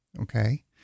Okay